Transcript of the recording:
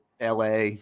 LA